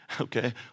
okay